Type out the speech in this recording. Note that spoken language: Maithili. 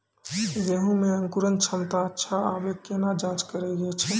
गेहूँ मे अंकुरन क्षमता अच्छा आबे केना जाँच करैय छै?